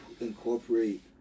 incorporate